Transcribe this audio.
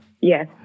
Yes